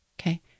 Okay